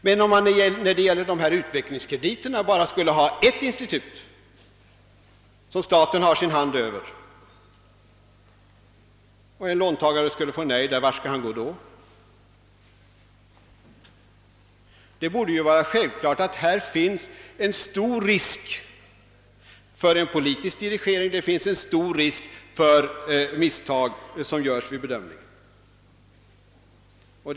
Men om det för dessa utvecklingskrediter skulle finnas bara ett institut som staten har sin hand över, och en låntagare får nej där, vart skall han då gå? Här finns självfallet en stor risk för politisk dirigering och för att misstag skall göras vid bedömningen.